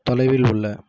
தொலைவில் உள்ள